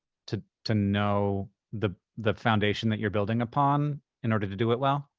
to to know the the foundation that you're building upon in order to do it well?